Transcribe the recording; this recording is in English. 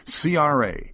CRA